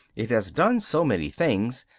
it has done so many things.